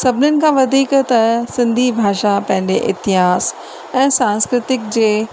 सभिनीनि खां वधीक त सिंधी भाषा पंहिंजे इतिहास ऐं सांस्कृतिक जे